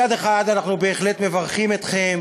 מצד אחד, אנחנו בהחלט מברכים אתכם